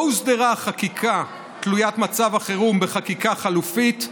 הוסדרה החקיקה תלוית מצב החירום בחקיקה חלופית,